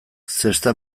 zesta